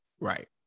Right